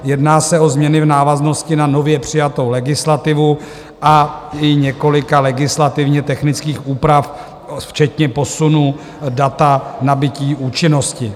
Jedná se o změny v návaznosti na nově přijatou legislativu a i několika legislativně technických úprav, včetně posunu data nabytí účinnosti.